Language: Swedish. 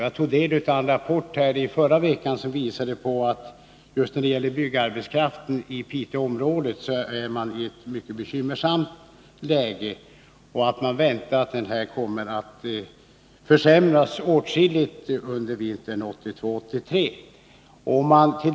Jag tog i förra veckan del av en rapport som visade att man i Piteområdet är i ett mycket bekymmersamt läge när det gäller byggarbetskraften, och man väntar att det kommer att försämras åtskilligt under vintern 1982-1983.